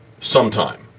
sometime